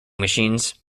machines